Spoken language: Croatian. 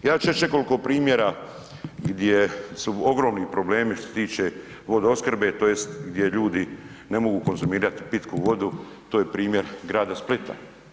Ja ću reći nekoliko primjera gdje su ogromni problemi što se tiče vodoopskrbe tj. gdje ljudi ne mogu konzumirati pitku vodu to je primjer grada Splita.